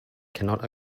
cannot